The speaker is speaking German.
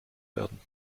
werden